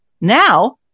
Now